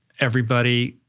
everybody,